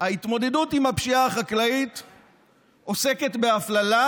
ההתמודדות עם הפשיעה החקלאית עוסקת בהפללה